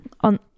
on